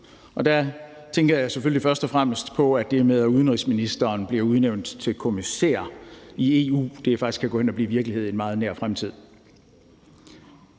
Og der tænker jeg selvfølgelig først og fremmest på, at det med, at udenrigsministeren bliver udnævnt til kommissær i EU, rent faktisk kan gå hen og blive virkelighed i en meget nær fremtid.